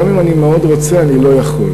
גם אם אני מאוד רוצה אני לא יכול.